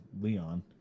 Leon